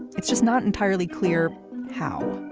it's just not entirely clear how.